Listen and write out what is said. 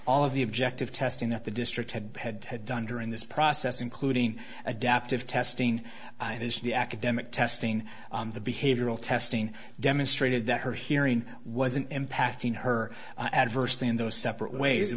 all of the objective testing that the district had had had done during this process including adaptive testing the academic testing the behavioral testing demonstrated that her hearing wasn't impacting her adversely in those separate ways it